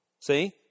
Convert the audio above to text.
see